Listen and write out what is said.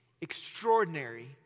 extraordinary